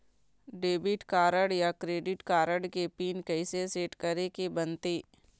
Debit card या credit card के PIN कइसे सेट करे के बनते?